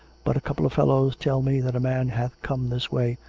but a couple of fellows tell me that a man hath come this way,